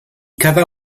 cada